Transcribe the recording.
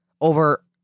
over